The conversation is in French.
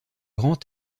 grands